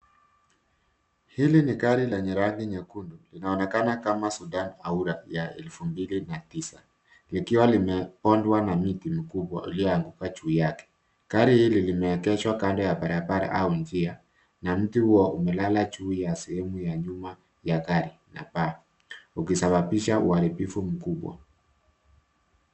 Hili ni gari lenye rangi nyekundu. Linaonekana kama sedan au la elfu mbili na tisa. Likiwa limepondwa na mti mkubwa ulioanguka juu yake. Gari hili limeegeshwa kando ya barabara au njia, na mti huo umelala juu ya sehemu ya nyuma ya gari na paa, ukisababisha uharibifu mkubwa.